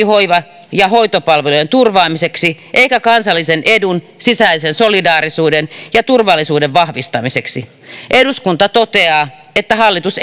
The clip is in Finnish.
hoiva ja hoitopalvelujen turvaamiseksi eikä kansallisen edun sisäisen solidaarisuuden ja turvallisuuden vahvistamiseksi eduskunta toteaa että hallitus